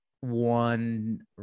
one